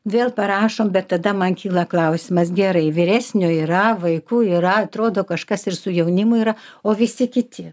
vėl parašom bet tada man kyla klausimas gerai vyresnio yra vaikų yra atrodo kažkas ir su jaunimu yra o visi kiti